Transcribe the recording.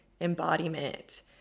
embodiment